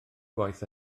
gwaith